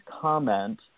comment